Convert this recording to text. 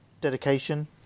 Dedication